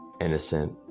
innocent